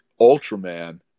Ultraman